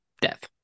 death